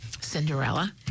Cinderella